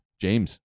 James